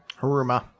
Haruma